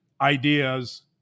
ideas